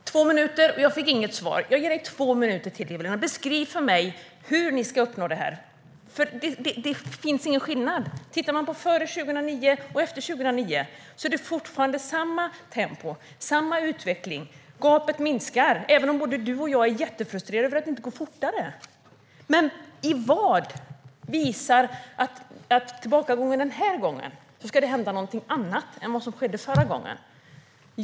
Herr talman! Eva-Lena Jansson hade två minuter på sig, men jag fick inget svar. Men du har två minuter till, Eva-Lena. Beskriv för mig hur ni ska uppnå det här! Det finns ingen skillnad - före 2009 och efter 2009 har det varit samma tempo och samma utveckling. Både du och jag är jättefrustrerade över att det inte går fortare, men gapet minskar. Vad är det som visar att det skulle hända någonting annat den här gången än det som skedde förra gången?